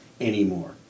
anymore